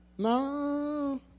No